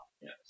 Yes